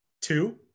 Two